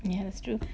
yeah that's true